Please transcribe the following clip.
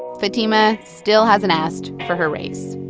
fatima still hasn't asked for her raise